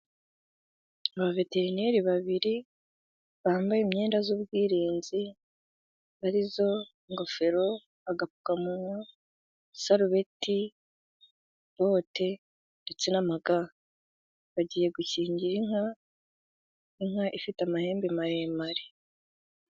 Abaveterineri babiri bambaye imyenda y'ubwirinzi ari yo: ingofero, agapfukamunwa, isarubeti, bote ndetse n'ama ga bagiye gukingira inka, inka ifite amahembe maremare.